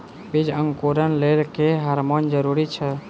बीज अंकुरण लेल केँ हार्मोन जरूरी छै?